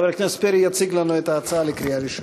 חבר הכנסת פרי יציג לנו את ההצעה לקריאה ראשונה.